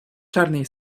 czarnej